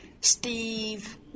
Steve